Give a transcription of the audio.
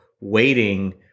waiting